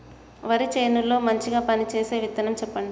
వరి చేను లో మంచిగా పనిచేసే విత్తనం చెప్పండి?